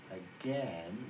again